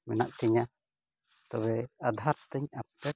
ᱢᱮᱱᱟᱜ ᱛᱤᱧᱟᱹ ᱛᱚᱵᱮ ᱟᱫᱷᱟᱨ ᱛᱤᱧ ᱟᱯᱰᱮᱴ